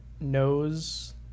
knows